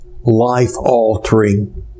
life-altering